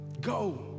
go